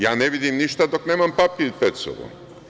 Ja ne vidim ništa dok nemam papir pred sobom.